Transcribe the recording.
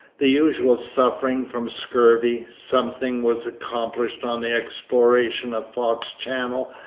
the usual suffering from scurvy. something was accomplished on the exploration of fox channel,